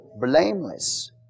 Blameless